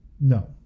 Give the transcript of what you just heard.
No